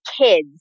kids